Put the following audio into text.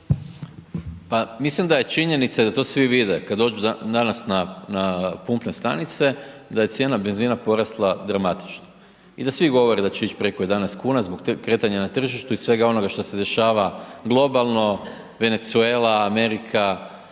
Pa mislim da je činjenica da to svi vide kad dođu danas na pumpne stanice, da je cijena benzina porasla dramatično i da svi govore da će ić preko 11 kn zbog tih kretanja na tržištu i svega onoga što se dešava globalno, Venezuela, Amerika,